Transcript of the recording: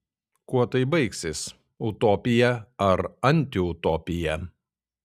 kuo tai baigsis utopija ar antiutopija